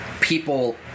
people